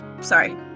Sorry